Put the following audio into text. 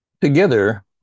Together